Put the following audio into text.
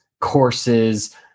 courses